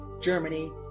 Germany